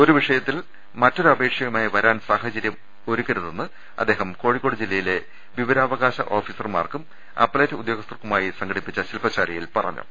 ഒരു വിഷയത്തിൽ മറ്റൊ രപേക്ഷയുമായി വരാൻ സാഹചര്യം ഒരുക്കരുതെന്ന് അദ്ദേഹം കോഴി ക്കോട് ജില്ലയിലെ വിവരാവകാശ ഓഫീസർമാർക്കും അപ്പലേറ്റ് ഉദ്യോ ഗസ്ഥർക്കുമായി സംഘടിപ്പിച്ച ശിൽപ്പശാലയിൽ പറഞ്ഞു